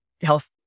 health